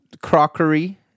crockery